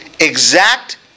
Exact